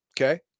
Okay